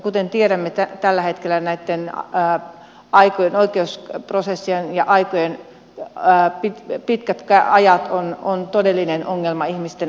kuten tiedämme tällä hetkellä näitten aikojen oikeus prosessien ja taiteen päätti oikeusprosessien pitkät ajat on todellinen ongelma ihmisten oikeusturvan kannalta